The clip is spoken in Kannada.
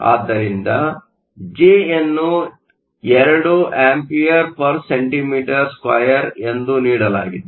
ಆದ್ದರಿಂದ ಜೆಯನ್ನು 2 Acm 2 ಎಂದು ನೀಡಲಾಗಿದೆ